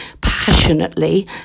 passionately